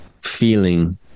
feeling